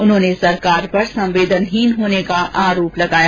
उन्होंने सरकार पर संवेदनहीन होने का आरोप लगाया